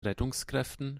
rettungskräften